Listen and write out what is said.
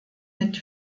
mit